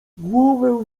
głowę